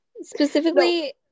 Specifically